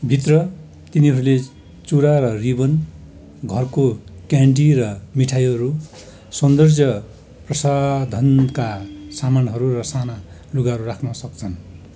भित्र तिनीहरूले चुरा र रिबन घरको क्यान्डी र मिठाईहरू सौन्दर्य प्रसाधनका सामानहरू र साना लुगाहरू राख्न सक्छन्